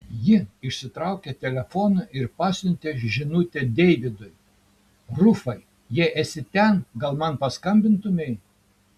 ji išsitraukė telefoną ir pasiuntė žinutę deividui rufai jei esi ten gal man paskambintumei